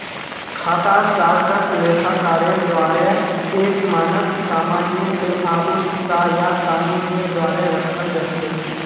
खातार चार्टक लेखाकारेर द्वाअरे एक मानक सामान्य लेआउट स या कानूनेर द्वारे रखाल जा छेक